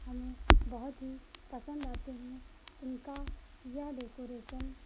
हमें बहुत ही पसंद आते हैं इनका यह डेकोरेशन